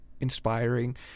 inspiring